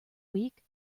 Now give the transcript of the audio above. week